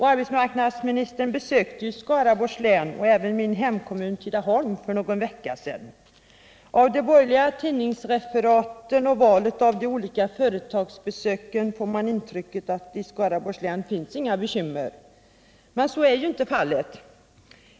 Arbetsmarknadsministern besökte ju Skaraborgs län och även min hemkommun Tidaholm för någon vecka sedan. Av de borgerliga tidningsreferaten och valet av de olika företagsbesöken får man intrycket att det inte finns några bekymmer i Skaraborgs län. Men så är ju inte fallet.